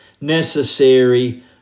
necessary